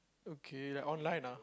okay like online ah